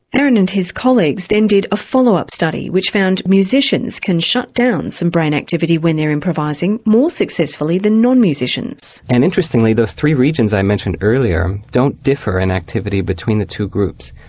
aaron and his colleagues then did a follow-up study which found musicians can shut down some brain activity when they're improvising more successfully than non-musicians. and interestingly those three regions i mentioned earlier don't differ in activity between the two groups.